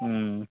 ம்